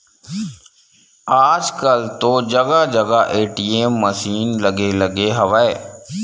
आजकल तो जगा जगा ए.टी.एम मसीन लगे लगे हवय